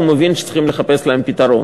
הוא מבין שצריך לחפש להן פתרון.